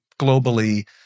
globally